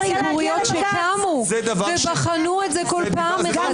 ציבוריות שקמו ובחנו את זה בכל פעם מחדש.